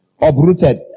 uprooted